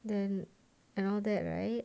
then and all that right